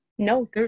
No